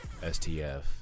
STF